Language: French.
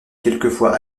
quelquefois